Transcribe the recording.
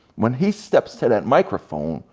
when he steps to that microphone,